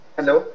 Hello